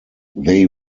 they